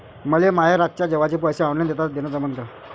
मले माये रातच्या जेवाचे पैसे ऑनलाईन देणं जमन का?